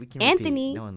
Anthony